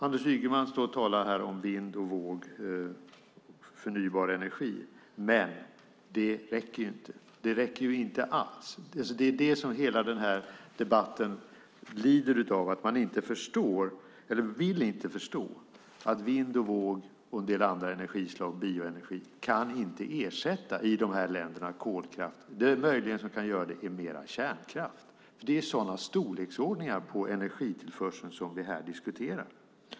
Anders Ygeman står här och talar om vind och våg, förnybar energi, men det räcker inte. Det räcker inte alls. Det som hela den här debatten lider av är att man inte förstår, eller inte vill förstå, att vind och våg och en del andra energislag, bioenergi, inte kan ersätta kolkraft i de här länderna. Det som möjligen kan göra det är mer kärnkraft, för det är sådana storleksordningar på energitillförseln som vi här diskuterar.